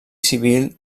civil